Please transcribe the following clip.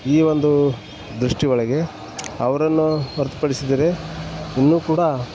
ಈ ಒಂದು ದೃಷ್ಟಿ ಒಳಗೆ ಅವರನ್ನು ಹೊರ್ತುಪಡಿಸಿದರೆ ಇನ್ನೂ ಕೂಡ